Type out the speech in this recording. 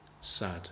sad